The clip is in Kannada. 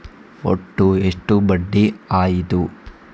ಒಟ್ಟು ಎಷ್ಟು ಬಡ್ಡಿ ಆಯಿತು?